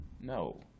No